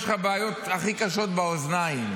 יש לך בעיות הכי קשות באוזניים.